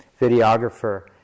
videographer